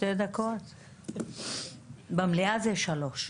ופה אני רוצה לדייק בין האחריות על בני נוער לאחריות על צעירים בחברה